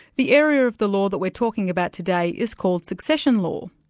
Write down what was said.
the area of the law that we're talking about today is called succession law.